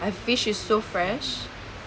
my fish is so fresh